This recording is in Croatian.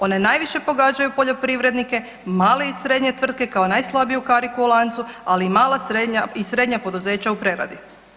One najviše pogađaju poljoprivrednike, male i srednje tvrtke kao najslabiju kariku u lancu, ali i mala i srednja poduzeća u preradi.